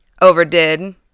overdid